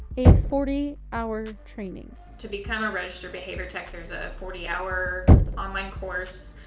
a forty hour training. to become a registered behavior tech, there's a forty hour online course.